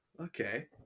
Okay